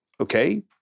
okay